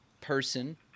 person